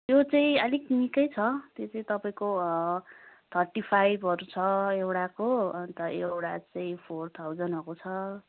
त्यो चाहिँ अलिक निक्कै छ त्यो चाहिँ तपाईँको थर्टी फाइभहरू छ एउटाको अन्त एउटा चाहिँ फोर थाउजन्डहरूको छ